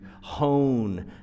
hone